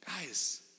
Guys